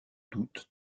doutes